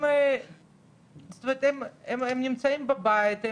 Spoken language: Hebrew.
הם נמצאים בבית,